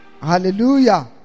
Hallelujah